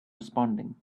responding